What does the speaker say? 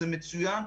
זה מצוין.